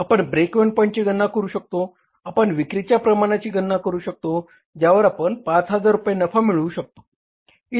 आपण break even पॉईंटची गणना करू शकतो आपण विक्रीच्या प्रमाणाची गणना करू शकतो ज्यावर आपण 5000 रुपये नफा मिळवू शकतो